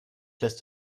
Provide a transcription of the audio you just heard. lässt